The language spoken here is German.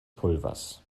pulvers